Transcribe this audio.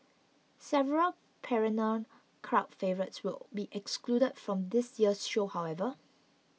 several perennial crowd favourites will be excluded from this year's show however